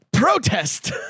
protest